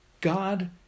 God